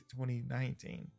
2019